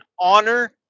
honor